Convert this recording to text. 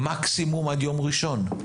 מקסימום עד יום ראשון.